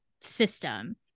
system